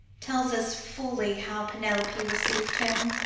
tells us fully how penelope received him,